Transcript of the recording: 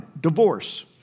divorce